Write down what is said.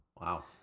Wow